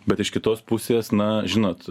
bet iš kitos pusės na žinot